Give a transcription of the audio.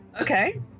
Okay